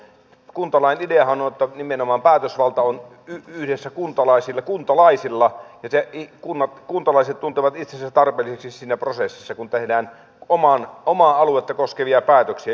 kuntalain ideahan on että nimenomaan päätösvalta on yhdessä kuntalaisilla ja kuntalaiset tuntevat itsensä tarpeellisiksi siinä prosessissa kun tehdään omaa aluetta koskevia päätöksiä